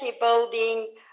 Building